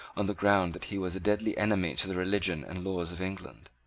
on the ground that he was a deadly enemy to the religion and laws of england.